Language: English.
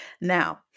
Now